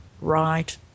right